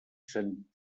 sentit